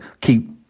keep